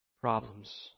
Problems